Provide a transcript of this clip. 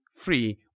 free